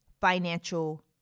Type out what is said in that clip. financial